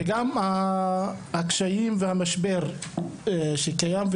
וגם הקשיים והמשבר שקיים,